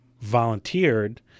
volunteered